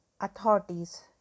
authorities